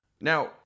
Now